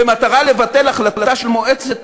במטרה לבטל החלטה של מועצת